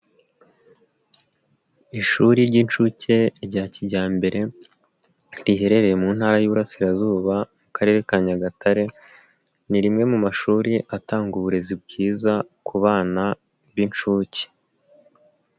Ishuri ry'inshuke rya kijyambere riherereye mu ntara y'iburarasirazuba mu Karere ka Nyagatare, ni rimwe mu mashuri atanga uburezi bwiza ku bana b'inshuke.